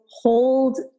hold